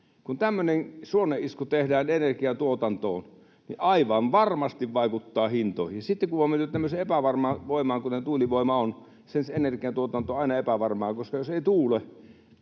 Kun tämmöinen suonenisku tehdään energiantuotantoon, niin aivan varmasti se vaikuttaa hintoihin. Sitten kun on menty tämmöiseen epävarmaan voimaan, kuten tuulivoima on, energiantuotanto on aina epävarmaa, koska jos ei tuule,